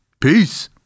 peace